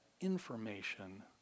information